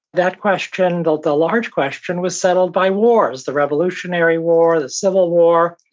that question, the the large question was settled by wars. the revolutionary war, the civil war.